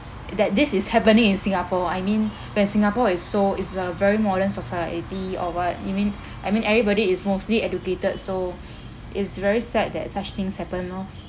that this is happening in singapore I mean when singapore is so is a very modern society or what you mean I mean everybody is mostly educated so it's very sad that such things happened orh